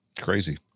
Crazy